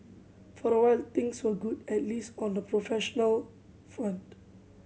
for a while things were good at least on the professional front